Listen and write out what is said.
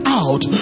out